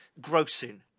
Grossing